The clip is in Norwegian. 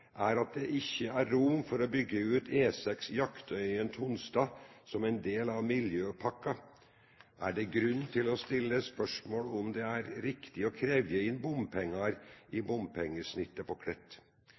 er at det ikkje er rom for å bygge ut E6 Jaktøyen – Tonstad som ein del av miljøpakka, er det grunn til å stille spørsmål om det er riktig å krevje inn bompengar